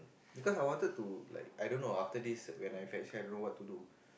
because I wanted to like I don't know after this when I finish ever what to do